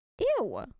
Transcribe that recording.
Ew